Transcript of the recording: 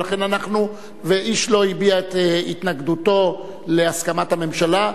ואיש לא הביע את התנגדותו להסכמת הממשלה.